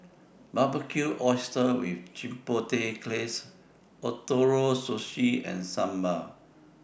Barbecued Oysters with Chipotle Glaze Ootoro Sushi and Sambar